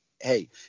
hey